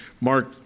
Mark